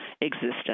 existence